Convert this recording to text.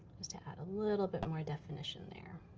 just to add a little bit more definition there.